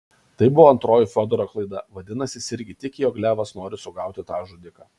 tai buvo antroji fiodoro klaida vadinasi jis irgi tiki jog levas nori sugauti tą žudiką